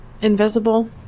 invisible